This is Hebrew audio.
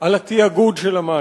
על התאגוד של המים,